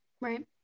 Right